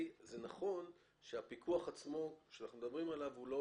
נכון שהפיקוח שאנחנו מדברים עליו הוא לא